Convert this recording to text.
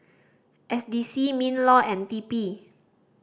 S D C MinLaw and T P